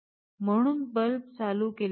म्हणून बल्ब चालू केलेला नाही